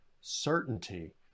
certainty